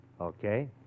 Okay